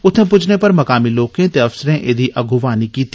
उत्थे पुज्जने पर मुकामी लोकें ते अफसरें एदी अंगुवानी कीती